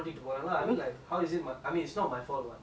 and like the guy totally deserve it